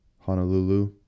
Honolulu